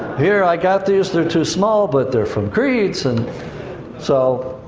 here, i got these, they're too small, but they're from crete, and so,